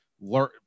learn